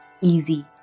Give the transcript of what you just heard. easy